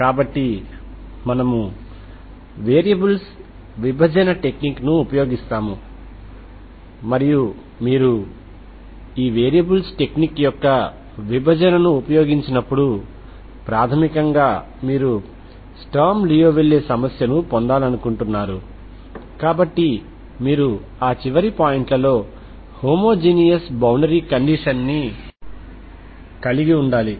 కాబట్టి మనము వేరియబుల్స్ విభజన టెక్నిక్ ను ఉపయోగిస్తాము మరియు మీరు వేరియబుల్స్ టెక్నిక్ యొక్క విభజనను ఉపయోగించినప్పుడు ప్రాథమికంగా మీరు స్టర్మ్ లియోవిల్లే సమస్యను పొందాలనుకుంటున్నారు కాబట్టి మీరు ఆ చివరి పాయింట్లలో హోమోజెనీయస్ బౌండరీ కండిషన్ ని కలిగి ఉండాలి